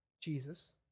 Jesus